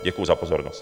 Děkuju za pozornost.